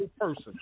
person